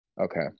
okay